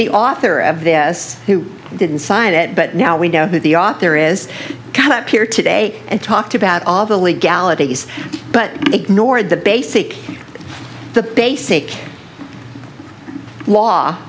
the author of this who didn't sign it but now we know who the author is come up here today and talked about all the legalities but ignored the basic the basic law